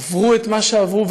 שעברו את מה שעברו,